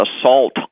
assault